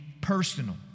personal